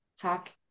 talk